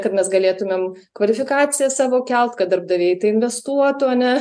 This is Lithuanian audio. kad mes galėtumėm kvalifikaciją savo kelt kad darbdaviai į tai investuotų ane